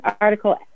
article